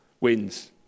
wins